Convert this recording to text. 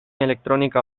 electrónica